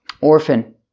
orphan